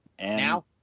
Now